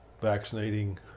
vaccinating